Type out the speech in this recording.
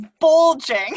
Bulging